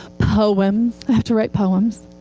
poems. i have to write poems.